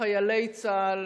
חיילי צה"ל,